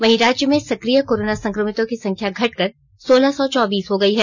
वहीं राज्य में सक्रिय कोरोना संक्रमितों की संख्या घटकर सोलह सौ चौबीस हो गयी है